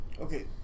Okay